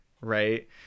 right